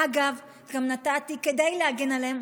אגב, כדי להגן עליהם,